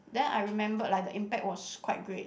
then I remembered like the impact was quite great